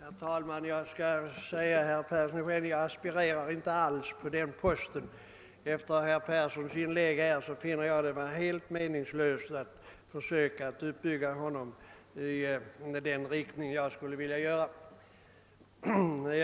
Herr talman! Jag vill säga till herr Persson i Skänninge, att jag inte alls aspirerar på posten som hans lärare. Efter herr Perssons inlägg här finner jag det vara helt meningslöst att försöka undervisa honom i den riktning jag skulle vilja göra.